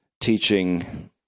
teaching